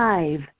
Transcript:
Five